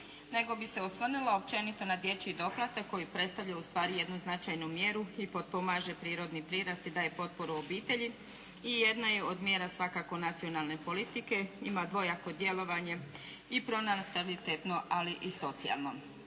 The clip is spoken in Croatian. nego bih se osvrnula općenito na dječji doplatak koji predstavlja ustvari jednu značajnu mjeru i potpomaže prirodni prirast i daje potporu obitelji i jedna je od mjera svakako nacionalne politike, ima dvojako djelovanje, i pronatalitetno ali i socijalno.